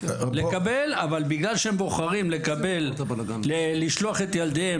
אבל בגלל שהם בוחרים לשלוח את ילדיהם